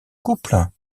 couple